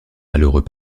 malheureux